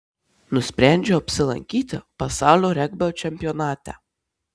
nusprendžiau apsilankyti pasaulio regbio čempionate